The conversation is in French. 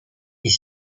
est